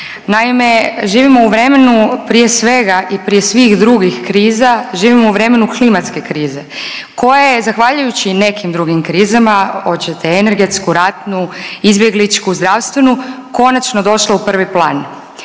Naime, živimo u vremenu, prije svega i prije svih drugih kriza, živimo u vremenu klimatske krize koja je zahvaljujući nekim drugim krizama, hoćete energetsku, ratnu, izbjegličku, zdravstvenu, konačno došla u prvi plan